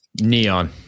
Neon